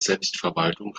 selbstverwaltung